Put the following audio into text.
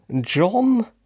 John